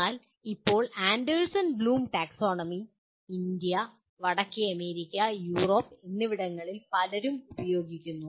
എന്നാൽ ഇപ്പോൾ Anderson Bloom taxonomy India വടക്കേ അമേരിക്ക യൂറോപ്പ് എന്നിവിടങ്ങളിൽ പലരും ഉപയോഗിക്കുന്നു